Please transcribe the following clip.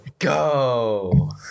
Go